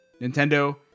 Nintendo